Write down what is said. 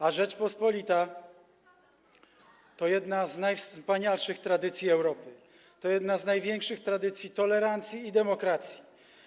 A Rzeczpospolita to jedna z najwspanialszych tradycji Europy, to jedna z największych tradycji tolerancji i demokracji.